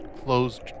closed